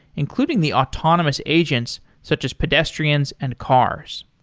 including the autonomous agents such as pedestrians and cars.